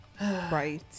right